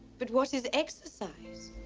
but what is exercise?